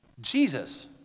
Jesus